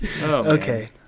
okay